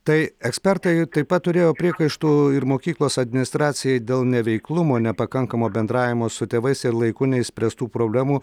tai ekspertai taip pat turėjo priekaištų ir mokyklos administracijai dėl neveiklumo nepakankamo bendravimo su tėvais ir laiku neišspręstų problemų